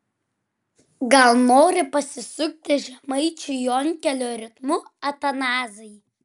gal nori pasisukti žemaičių jonkelio ritmu atanazai